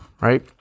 right